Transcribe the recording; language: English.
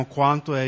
quanto